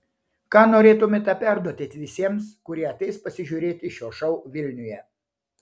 ką norėtumėte perduoti visiems kurie ateis pasižiūrėti šio šou vilniuje